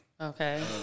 Okay